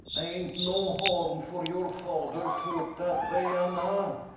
ain't no harm for your fader talk dat vay, anna.